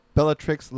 Bellatrix